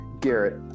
Garrett